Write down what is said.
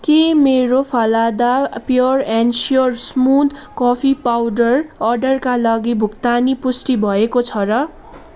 के मेरो फलदा pure and sure smooth coffee powder अर्डरका लागि भुक्तानी पुष्टि भएको छ र